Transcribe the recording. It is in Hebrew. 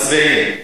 מצביעים.